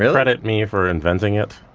yeah credit me for inventing it.